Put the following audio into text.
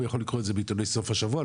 הוא יכול לקרוא את זה בעיתוני סוף השבוע,